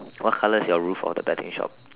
what colour is your roof of the betting shop